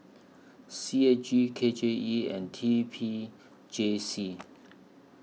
C A G K J E and T P J C